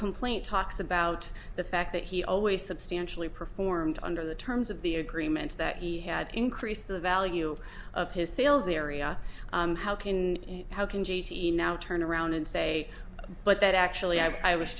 complaint talks about the fact that he always substantially performed under the terms of the agreements that he had increased the value of his sales area how can you now turn around and say but that actually i was